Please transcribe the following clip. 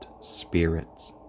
spirits